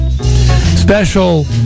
Special